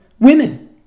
women